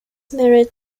married